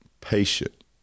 patient